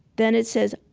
then it says,